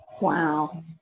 wow